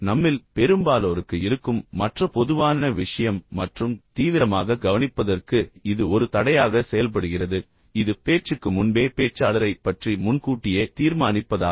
நம்மில் பெரும்பாலோருக்கு இருக்கும் மற்ற பொதுவான விஷயம் மற்றும் தீவிரமாக கவனிப்பதற்கு இது ஒரு தடையாக செயல்படுகிறது இது பேச்சுக்கு முன்பே பேச்சாளரை பற்றி முன்கூட்டியே தீர்மானிப்பதாகும்